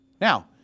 Now